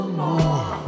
more